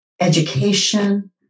education